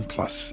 Plus